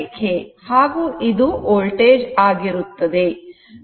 ಹಾಗೂ ಇದು ವೋಲ್ಟೇಜ್ ಆಗಿರುತ್ತದೆ